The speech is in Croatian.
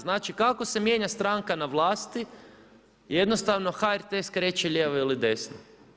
Znači, kako se mijenja stranka na vlasti, jednostavno HRT skreće lijevo ili desno.